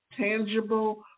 tangible